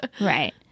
right